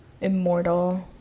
immortal